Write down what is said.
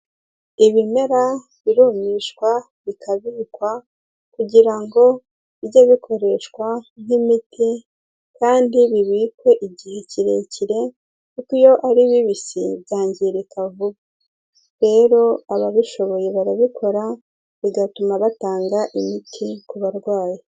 Ibimera birumishwa bikabikwa kugira ngo bijye bikoreshwa nk'imiti kandi bibikwe igihe kirekire, kuko iyo ari bibisi byangirika vuba. Rero ababishoboye barabikora bigatuma batanga imiti ku barwayi.